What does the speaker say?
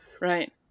right